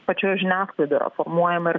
pačioje žiniasklaidoje formuojama ir